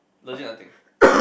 legit nothing